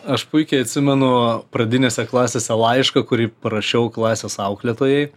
aš puikiai atsimenu pradinėse klasėse laišką kurį parašiau klasės auklėtojai